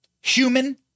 human